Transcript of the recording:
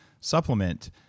supplement